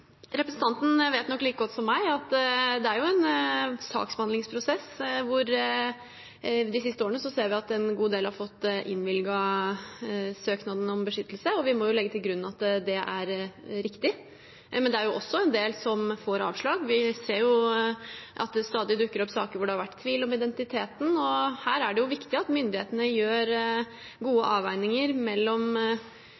som meg at det er en saksbehandlingsprosess. De siste årene ser vi at en god del har fått innvilget søknaden om beskyttelse. Vi må legge til grunn at det er riktig, men det er også en del som får avslag. Vi ser at det stadig dukker opp saker hvor det har vært tvil om identiteten. Her er det viktig at myndighetene gjør gode